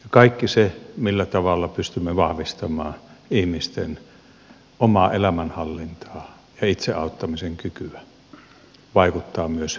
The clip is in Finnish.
kaikki se millä pystymme vahvistamaan ihmisten omaa elämänhallintaa ja itseauttamisen kykyä vaikuttaa myös hyvinvointiyhteiskuntaan